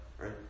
right